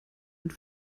und